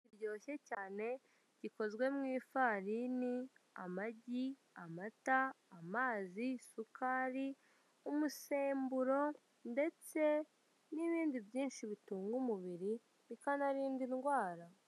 Kiryoshye cyane gikozwe mu ifarini, amagi, amata, amazi, isukari, umusemburo ndetse n'ibindi byinshi bitunga umubiri bikanarinda indwara.